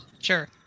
Sure